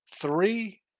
three